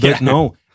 no